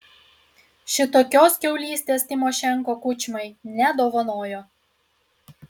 šitokios kiaulystės tymošenko kučmai nedovanojo